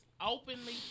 openly